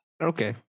Okay